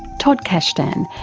todd kashdan,